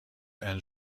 and